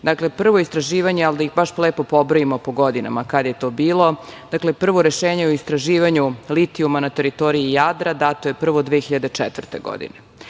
Okrugu. Dakle, prvo istraživanje, ali da ih baš lepo pobrojimo po godinama kada je to bilo. Dakle, prvo rešenje o istraživanju litijuma na teritoriji Jadra dato je prvo 2004. godine,